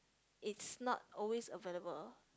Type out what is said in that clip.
it's not always available